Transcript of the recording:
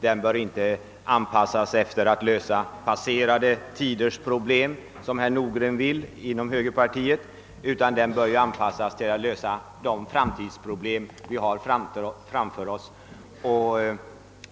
Den bör inte anpassas till att lösa passerade tiders problem, som herr Nordgren och högerpartiet vill, utan till att lösa de problem vi har framför oss.